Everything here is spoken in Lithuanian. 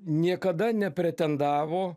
niekada nepretendavo